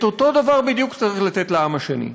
את אותו דבר בדיוק צריך לתת לעם השני.